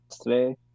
today